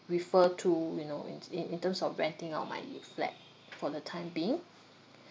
refer to you know in t~ in in terms of renting out my new flat for the time being